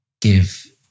give